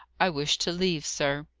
i wish to leave, sir.